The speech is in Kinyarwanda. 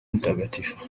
mutagatifu